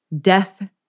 death